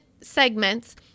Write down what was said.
segments